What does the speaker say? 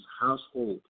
household